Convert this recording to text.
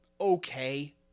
Okay